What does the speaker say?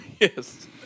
Yes